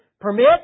permit